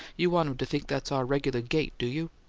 you want him to think that's our regular gait, do you?